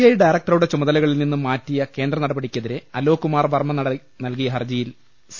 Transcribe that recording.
I ഡയറക്ടറുടെ ചുമതലകളിൽ നിന്ന് മാറ്റിയകേന്ദ്ര നടപടിക്കെതിരെ അലോക് കുമാർ വർമ്മ നൽകിയ ഹർജിയിൽ സി